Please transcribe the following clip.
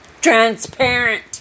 transparent